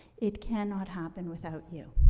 it cannot happen without you.